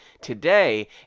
today